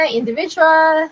individual